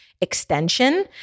extension